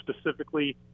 specifically